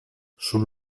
sul